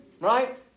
Right